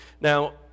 Now